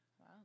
wow